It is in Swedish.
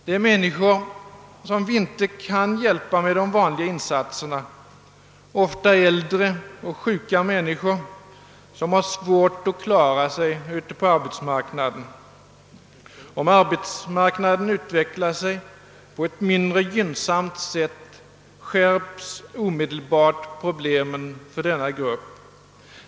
Det är människor som vi inte kan hjälpa med de vanliga insatserna, ofta äldre och sjuka som har svårt att klara sig på arbetsmarknaden. Om läget på arbetsmarknaden blir mindre gynnsamt skärps omedelbart problemen för denna grupp.